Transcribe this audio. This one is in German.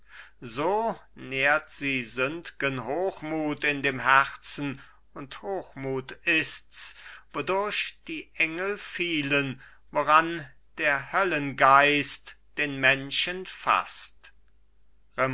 so nährt sie sündgen hochmut in dem herzen und hochmut ists wodurch die engel fielen woran der höllengeist den menschen faßt